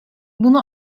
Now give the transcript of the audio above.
bunu